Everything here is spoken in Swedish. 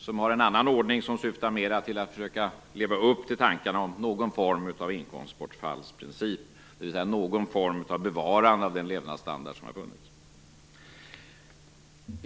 Där har man en annan ordning som syftar mera till att försöka leva upp till tankarna om någon form av inkomstbortfallsprincip, dvs. någon form av bevarande av den levnadsstandard som har funnits.